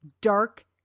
dark